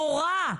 תורה.